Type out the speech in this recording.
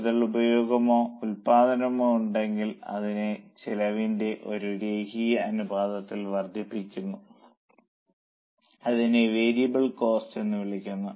കൂടുതൽ ഉപയോഗമോ ഉൽപാദനമോ ഉണ്ടെങ്കിൽ അതിന്റെ ചിലവ് ഒരു രേഖീയ അനുപാതത്തിൽ വർദ്ധിക്കുന്നു അതിനെ വേരിയബിൾ കോസ്റ്റ് എന്ന് വിളിക്കുന്നു